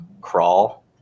crawl